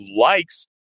likes